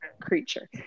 creature